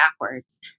backwards